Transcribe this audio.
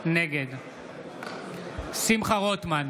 נגד שמחה רוטמן,